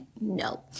no